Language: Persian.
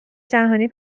جهانی